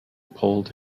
pulled